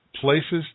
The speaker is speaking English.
places